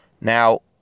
Now